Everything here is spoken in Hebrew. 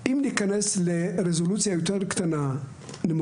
אם ניכנס לרזולוציה יותר נמוכה: